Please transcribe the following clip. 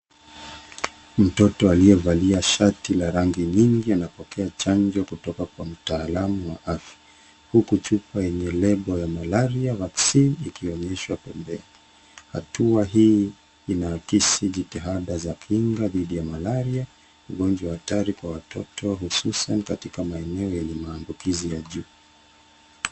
Mtoto aliyevalia shati la rangi nyingi anapokea chanjo kutoka kwa mtaalamu wa afya huku chupa yenye lebo ya malaria vaccine ikionyeshwa pembeni. Hatua hii inaakisi jitihada za kinga dhidi ya malaria, ugonjwa hatari kwa watoto hususan katika maeneo yenye maambukizi ya juu.